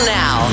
now